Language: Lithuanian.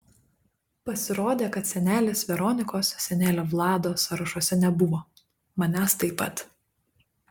pasirodė kad senelės veronikos senelio vlado sąrašuose nebuvo manęs taip pat